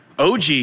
OG